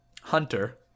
Hunter